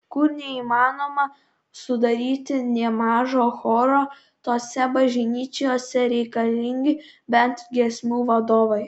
kur neįmanoma sudaryti nė mažo choro tose bažnyčiose reikalingi bent giesmių vadovai